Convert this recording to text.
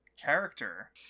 character